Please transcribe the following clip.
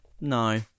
no